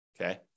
Okay